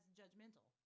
judgmental